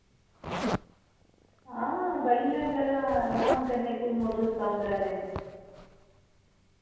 हां बड़ियां जगह अराम कन्नै घूमो तुस द'ऊं त्रै दिन